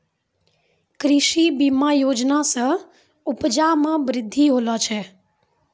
कृषि बीमा योजना से उपजा मे बृद्धि होलो छै